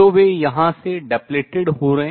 तो वे यहाँ से depleted समाप्त हो रहे हैं